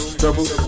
trouble